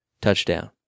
Touchdown